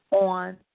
on